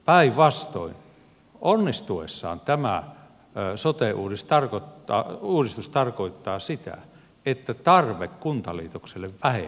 päinvastoin onnistuessaan tämä sote uudistus tarkoittaa sitä että tarve kuntaliitokselle vähenee huomattavasti